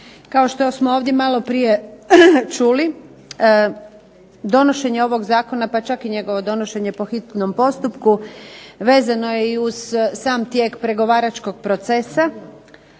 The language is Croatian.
Kao što smo ovdje maloprije čuli donošenje ovog Zakona, pa čak i njegovo donošenje po hitnom postupku vezano je uz sam tijek pregovaračkog procesa,